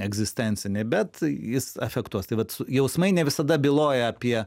egzistenciniai bet jis efektus tai vat jausmai ne visada byloja apie